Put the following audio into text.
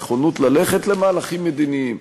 נכונות ללכת למהלכים מדיניים,